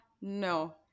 No